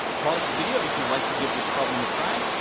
pause the video if you like to give this problem a try,